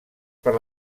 per